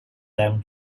them